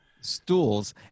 stools